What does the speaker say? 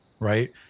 Right